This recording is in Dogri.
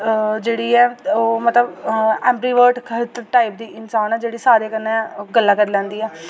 जेह्ड़ी ऐ ओह् मतलब एंग्री बर्ड टाइप दी इंसान ऐ जेह्ड़ी सारे कन्नै गल्लां करी लैंदी ऐ